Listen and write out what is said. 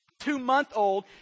two-month-old